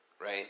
right